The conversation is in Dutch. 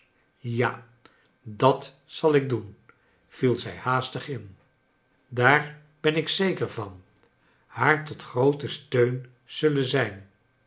vja dat zal ik doen viel zij haastig in daar ben ik zeker van haar tot grooten steun zullen zijn